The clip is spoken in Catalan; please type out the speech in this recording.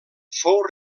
fou